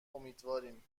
امیدواریم